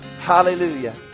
Hallelujah